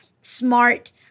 smart